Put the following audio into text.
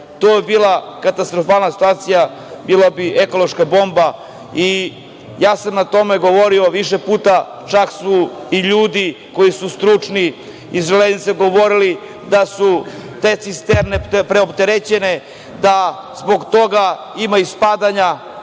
to bi bila katastrofalna situacija, bila bi ekološka bomba. Ja sam o tome govorio više puta. Čak su i ljudi, koji su stručni, iz Železnice govorili da su te cisterne preopterećene, da zbog toga ima ispadanja